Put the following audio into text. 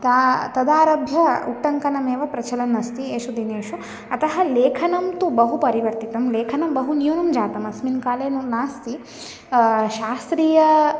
ता तदारभ्य उट्टङ्कनमेव प्रचलन् अस्ति एषु दिनेषु अतः लेखनं तु बहु परिवर्तितं लेखनं बहु न्यूनं जातम् अस्मिन् काले तु नास्ति शास्त्रीय